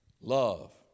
love